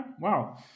wow